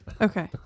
okay